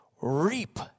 reap